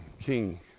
King